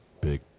big